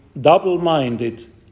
double-minded